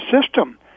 system